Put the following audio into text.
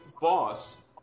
boss